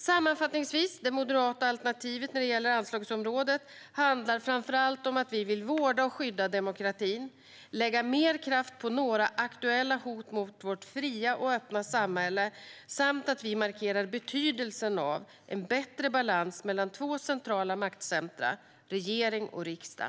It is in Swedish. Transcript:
Sammanfattningsvis handlar det moderata alternativet för anslagsområdet framför allt om att vi vill vårda och skydda demokratin, lägga mer kraft på några aktuella hot mot vårt fria och öppna samhälle samt markera betydelsen av en bättre balans mellan två centrala maktcentrum: regering och riksdag.